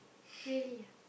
really ah